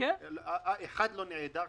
אחד לא נעדר,